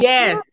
Yes